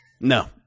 no